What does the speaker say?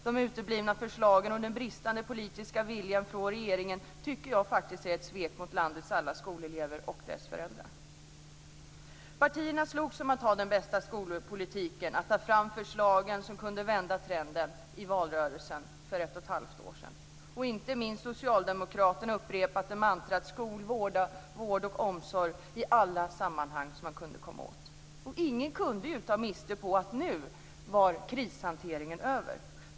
De uteblivna förslagen och den bristande politiska viljan från regeringen tycker jag faktiskt är ett svek mot landets alla skolelever och deras föräldrar. Partierna slogs om att ha den bästa skolpolitiken och om att ta fram förslag som kunde vända trenden i valrörelsen för ett och ett halvt år sedan. Inte minst Socialdemokraterna upprepade mantrat skola, vård och omsorg i alla sammanhang där man kunde komma åt att göra det. Ingen kunde ta miste på att krishanteringen nu var över.